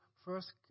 First